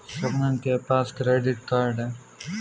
शबनम के पास credit card है